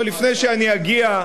אבל לפני שאני אגיע,